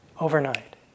overnight